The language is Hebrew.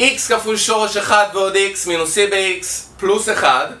X כפול שורש 1 ועוד X מינוס E ב-X פלוס 1.